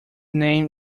name